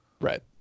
right